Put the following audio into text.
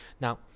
Now